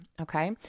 okay